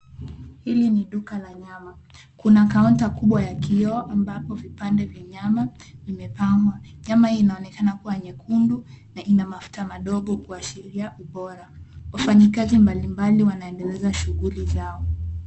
Hili ni duka la nyama. Kuna kaunta kubwa ya kioo ambapo vipande vya nyama vimepangwa. Nyama inaonekana kuwa nyekundu na ina mafuta madogo kwashiria ubora. Wafanyikazi mbalimbali wanaendeleza shuguli zao.